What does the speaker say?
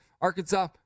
Arkansas